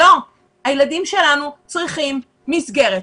לא, הילדים שלנו צריכים מסגרת.